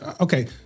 Okay